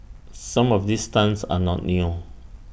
some of these stunts are not new